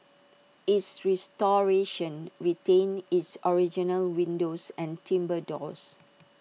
its restoration retained its original windows and timbre doors